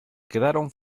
quedaron